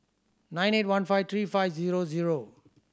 nine eight one five three five zero zero